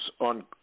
on